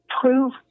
prove